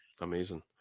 Amazing